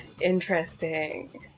Interesting